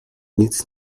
nic